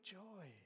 joy